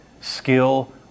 skill